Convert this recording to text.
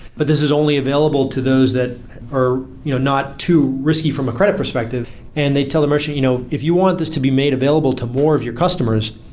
but this is only available to those that are you know not too risky from a credit perspective and they tell the merchant, you know if you want this to be made available to more of your customers,